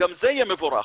שגם זה יהיה מבורך,